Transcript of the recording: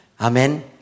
amen